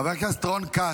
חבר הכנסת רון כץ,